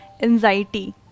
anxiety